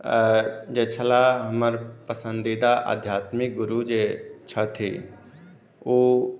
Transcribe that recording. जे छलाह हमर पसन्दीदा आध्यात्मिक गुरु जे छथिन ओ